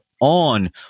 on